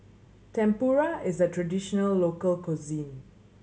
tempura is a traditional local cuisine